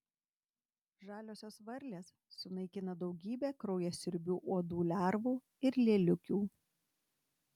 žaliosios varlės sunaikina daugybę kraujasiurbių uodų lervų ir lėliukių